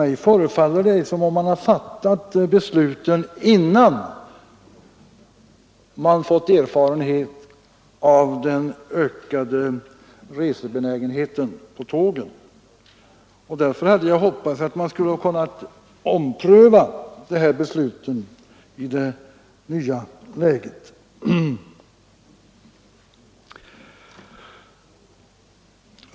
Mig förefaller det som om man hade fattat besluten innan man fått erfarenhet av den ökade resebenägenheten. Därför hade jag hoppats att man skulle ha kunnat ompröva besluten i det nya läget.